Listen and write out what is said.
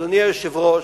אדוני היושב-ראש,